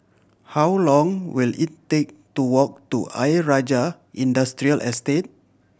how long will it take to walk to Ayer Rajah Industrial Estate